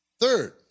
Third